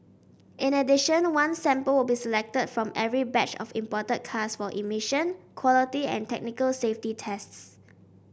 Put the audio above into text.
in addition one sample will be selected from every batch of imported cars for emission quality and technical safety tests